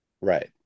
right